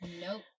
nope